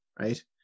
right